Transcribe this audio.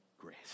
grace